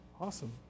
awesome